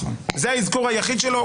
זה האזכור היחיד שלו,